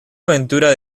aventura